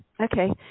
Okay